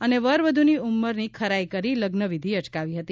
અને વરવ્ધની ઉમરની ખરાઇ કરી લગ્નવિધિ અટકાવી હતી